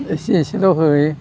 एसे एसेल' होयो